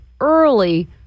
early